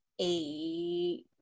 eight